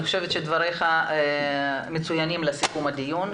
אני חושבת שדבריך מצוינים לסיכום הדיון.